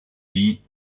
dit